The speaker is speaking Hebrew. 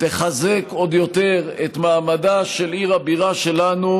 תחזק עוד יותר את מעמדה של עיר הבירה שלנו